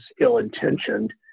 ill-intentioned